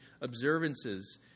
observances